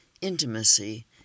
intimacy